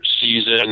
season